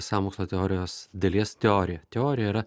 sąmokslo teorijos dalies teorija teorija yra